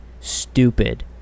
stupid